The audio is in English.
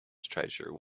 treasure